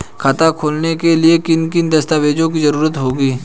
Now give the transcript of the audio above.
खाता खोलने के लिए किन किन दस्तावेजों की जरूरत होगी?